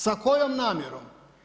S kojom namjerom?